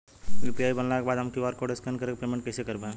UPI बनला के बाद हम क्यू.आर कोड स्कैन कर के पेमेंट कइसे कर पाएम?